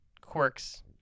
quirks